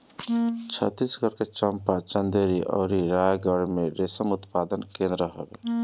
छतीसगढ़ के चंपा, चंदेरी अउरी रायगढ़ में रेशम उत्पादन केंद्र हवे